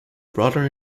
brother